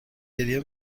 گریه